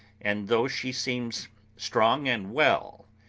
and though she seems strong and well,